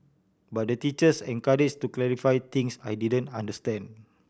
but the teachers encourages to clarify things I didn't understand